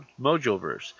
Mojoverse